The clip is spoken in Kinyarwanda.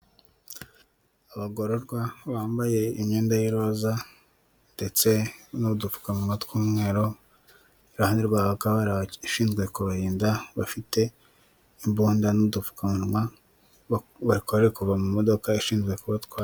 Abagororwa bambaye imyenda y'iroza ndetse n'udupfuma tw'umweru, iruhande rwabo hakaba hari abashinzwe kubarinda bafite imbunda n'udupfumunwa, bakaba bari kuva mu modoka ishinzwe kubatwara.